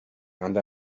and